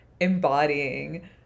embodying